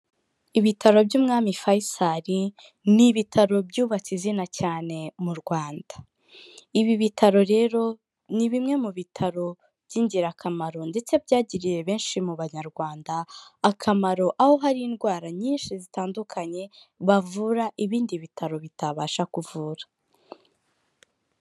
Ibitaro by'Umwami Fayçal ni ibitaro byubatse izina cyane mu Rwanda. Ibi bitaro rero ni bimwe mu bitaro by'ingirakamaro ndetse byagiriye benshi mu banyarwanda akamaro. Aho hari indwara nyinshi zitandukanye bavura ibindi bitaro bitabasha kuvura.